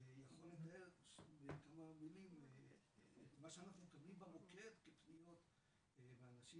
יכול לתאר בכמה מילים את מה שאנחנו מקבלים במוקד כתלונות מאנשים.